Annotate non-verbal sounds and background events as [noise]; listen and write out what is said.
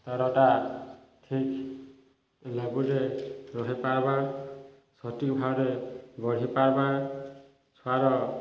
ତାରଟା ଠିକ୍ [unintelligible] ରହିପାରିବା ସଠିକ ଭାବରେ ବଢ଼ିପାରିବା ଛୁଆାର